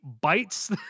bites